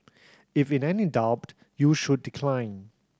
if in any doubt you should decline